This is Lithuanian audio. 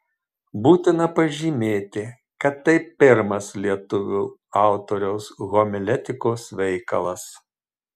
būtina pažymėti kad tai pirmas lietuvio autoriaus homiletikos veikalas